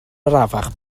arafach